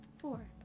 Four